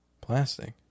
Plastic